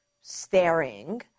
staring